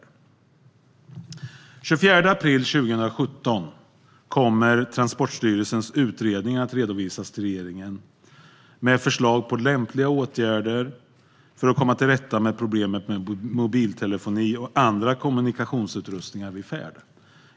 Den 24 april 2017 kommer Transportstyrelsens utredning att redovisas till regeringen. Den kommer att innehålla förslag på lämpliga åtgärder för att komma till rätta med problemet med mobiltelefoni och annan kommunikationsutrustning vid färd.